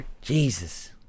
Jesus